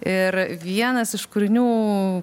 ir vienas iš kūrinių